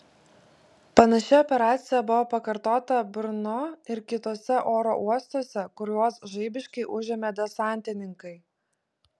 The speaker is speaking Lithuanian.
panaši operacija buvo pakartota brno ir kituose oro uostuose kuriuos žaibiškai užėmė desantininkai